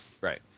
Right